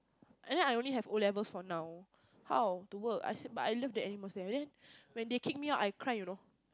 and then I only have O-levels for how now how to work I still but I love the atmosphere and then when they kick me out I cry you know